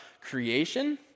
creation